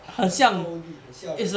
很够力很吓人